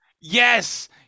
Yes